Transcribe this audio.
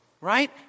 Right